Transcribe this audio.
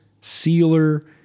sealer